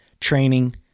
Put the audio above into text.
training